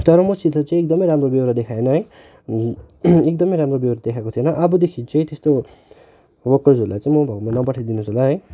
तर मसित चाहिँ एकदमै राम्रो बेउरा देखाएन है एकदमै राम्रो बेउरा देखाएको थिएन अबदेखि चाहिँ त्यस्तो वार्कर्सहरूलाई चाहिँ म भएकोमा नपठाइ दिनुहोस् होला है